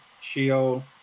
Sheol